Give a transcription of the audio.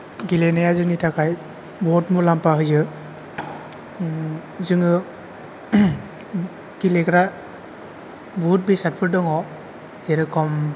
गेलेनाया जोंनि थाखाय बहद मुलाम्फा होयो जोङो गेलेग्रा बुहुद बेसादफोर दङ जेरखम